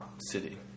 City